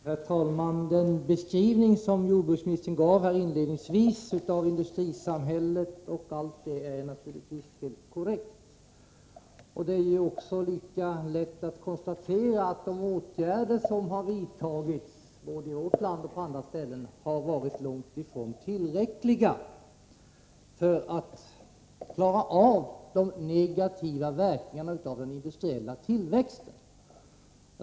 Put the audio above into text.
Herr talman! Den beskrivning som jordbruksministern inledningsvis gav av industrisamhället och annat i det sammanhanget är naturligtvis helt korrekt. Det är lätt att konstatera att de åtgärder som har vidtagits, både i vårt land och i andra länder, långt ifrån är tillräckliga för att man skall kunna komma till rätta med de negativa verkningarna av den industriella tillväxten.